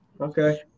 okay